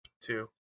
Two